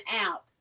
out